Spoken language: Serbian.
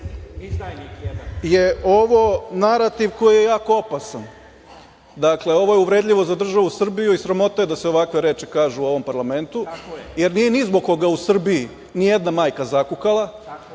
je ovo narativ koji je jako opasan. Dakle, ovo je uvredljivo za državu Srbiju i sramota je da se ovakve reči kažu u ovom parlamentu, jer nije ni zbog koga u Srbiji ni jedna majka zakukala,